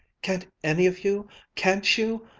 can't any of you can't you?